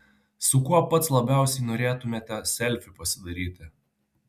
su kuo pats labiausiai norėtumėte selfį pasidaryti